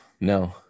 No